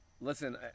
Listen